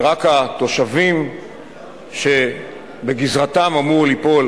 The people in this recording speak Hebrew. ורק התושבים שבגזרתם אמורים ליפול